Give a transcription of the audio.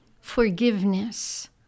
forgiveness